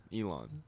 Elon